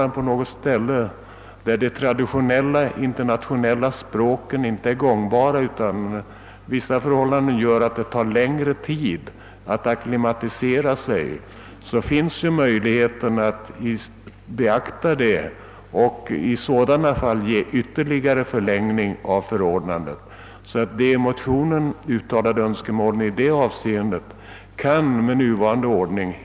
Därest på någon plat: de traditionella internationella språken inte är gångbara utan det tar längre tid att acklimatisera sig, har Kungl. Maj:t möjlighet att beakta detta och ytterligare förlänga förordnandet. De i motionerna uttalade önskemålen kan därför helt tillgodses med nuvarande ordning.